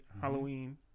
Halloween